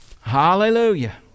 Hallelujah